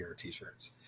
t-shirts